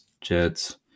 Jets